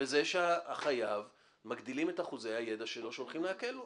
בזה שמגדילים את אחוזי הידע של החייב שהולכים לעקל לו.